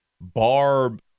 Barb